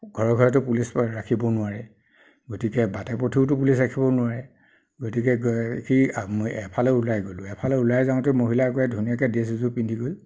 ঘএ ঘএতো পুলিচ ৰাখিবও নোৱাৰে গতিকে বাটে পথেওটো পুলিচ ৰাখিবও নোৱাৰে গতিকে কি এফালে ওলাই গ'লোঁ এফালে ওলাই যাওঁতেও মহিলা ধুনীয়াকৈ ড্ৰেছ এযোৰ পিন্ধি গৈ